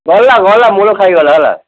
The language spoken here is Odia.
ଗଲା ଗଲା ମୂଳ ଖାଇଗଲା ହେଲା